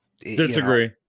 Disagree